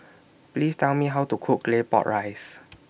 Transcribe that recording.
Please Tell Me How to Cook Claypot Rice